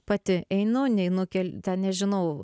pati einu neinu kel ten nežinau